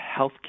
healthcare